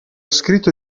scritto